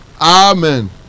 amen